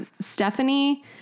Stephanie